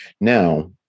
Now